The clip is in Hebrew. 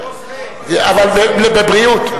אבל בבריאות,